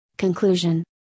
Conclusion